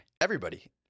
Everybody-